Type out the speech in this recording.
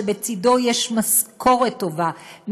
שלצדו משכורת טובה,